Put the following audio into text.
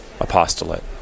apostolate